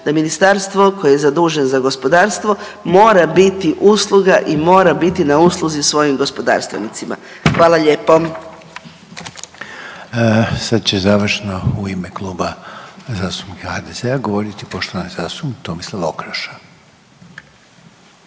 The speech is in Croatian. Da ministarstvo koje je zaduženo za gospodarstvo mora biti usluga i mora biti na usluzi svojim gospodarstvenicima. Hvala lijepo. **Reiner, Željko (HDZ)** Sad će završno u ime Kluba zastupnika HDZ-a govoriti poštovani zastupnik Tomislav Okroša.